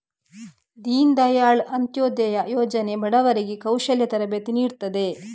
ದೀನ್ ದಯಾಳ್ ಅಂತ್ಯೋದಯ ಯೋಜನೆ ಬಡವರಿಗೆ ಕೌಶಲ್ಯ ತರಬೇತಿ ನೀಡ್ತದೆ